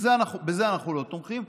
בזה אנחנו לא תומכים,